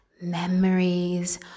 memories